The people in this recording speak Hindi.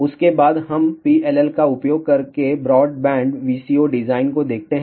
उसके बाद हम PLL का उपयोग करके ब्रॉडबैंड VCO डिज़ाइन को देखते हैं